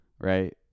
right